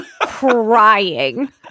crying